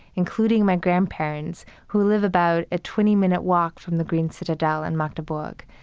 including my grandparents, who live about a twenty minute walk from the green citadel in magdeburg.